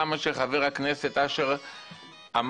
גם מה שחבר הכנסת אשר אמר